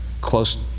close